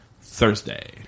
Thursday